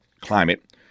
climate